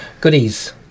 goodies